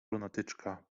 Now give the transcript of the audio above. lunatyczka